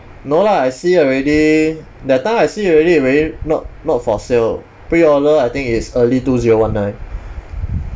no lah I see already that time I see already very not not for sale pre-order I think is early two zero one nine